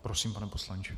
Prosím, pane poslanče.